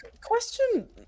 Question